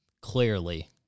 clearly